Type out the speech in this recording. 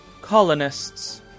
Colonists